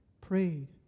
prayed